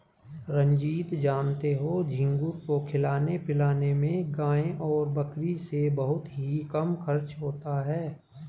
रंजीत जानते हो झींगुर को खिलाने पिलाने में गाय और बकरी से बहुत ही कम खर्च होता है